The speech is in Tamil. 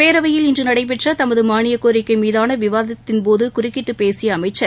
பேரவையில் இன்று நடைபெற்ற தமது மாளியக் கோரிக்கை மீதான விவாதத்தின் போது குறக்கிட்டு பேசிய அமைச்சர்